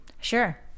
Sure